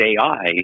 AI